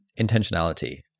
intentionality